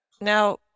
Now